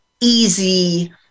easy